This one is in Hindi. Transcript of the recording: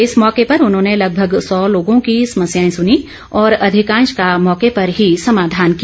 इस मौके पर उन्होंने लगभग सौ लोगों की समस्याएं सुनीं और अधिकांश का मौके पर ही समाधान किया